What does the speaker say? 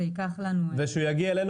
זה ייקח לנו --- וכשהוא יגיע אלינו,